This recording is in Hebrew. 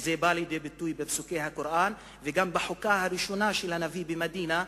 וזה בא לידי ביטוי בפסוקי הקוראן וגם בחוקה הראשונה של הנביא במדינה,